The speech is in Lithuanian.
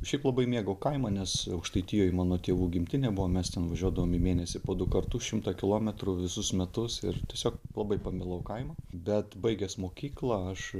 šiaip labai mėgau kaimą nes aukštaitijoj mano tėvų gimtinė buvo mes ten važiuodavom į mėnesį po du kartus šimtą kilometrų visus metus ir tiesiog labai pamilau kaimą bet baigęs mokyklą aš